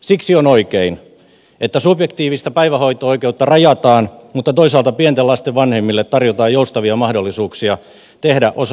siksi on oikein että subjektiivista päivähoito oikeutta rajataan mutta toisaalta pienten lasten vanhemmille tarjotaan joustavia mahdollisuuksia tehdä osa aikatyötä